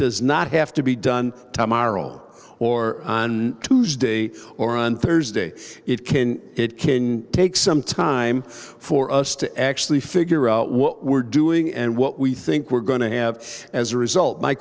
does not have to be done tomorrow or on tuesday or on thursday it can it can take some time for us to actually figure out what we're doing and what we think we're going to have as a result my